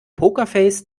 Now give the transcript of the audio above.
pokerface